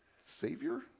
Savior